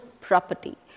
property